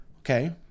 Okay